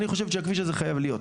אני חושבת שהכביש הזה חייב להיות.